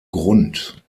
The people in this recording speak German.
grund